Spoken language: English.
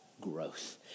growth